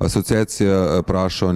asociacija prašo